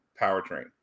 powertrain